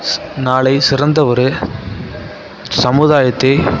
நாளை சிறந்த ஒரு சமுதாயத்தை